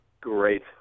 Great